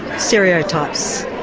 stereotypes.